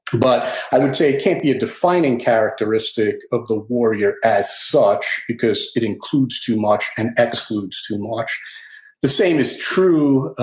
but i would say it can't be a defining characteristic of the warrior as such because it includes too much and excludes too much the same is true,